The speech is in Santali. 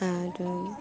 ᱟᱨ